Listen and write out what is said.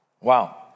Wow